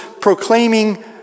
proclaiming